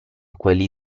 quelli